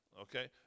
Okay